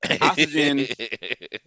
oxygen